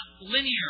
linear